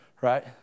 Right